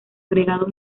agregado